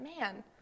Man